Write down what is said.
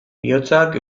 bihotzak